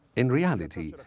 in reality,